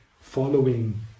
following